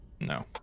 No